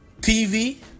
TV